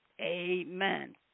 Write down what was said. Amen